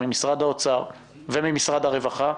ממשרד האוצר וממשרד הרווחה,